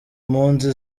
mpunzi